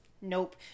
Nope